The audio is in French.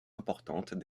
importante